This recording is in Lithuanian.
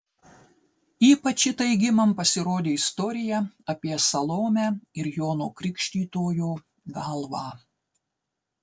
ypač įtaigi man pasirodė istorija apie salomę ir jono krikštytojo galvą